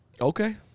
Okay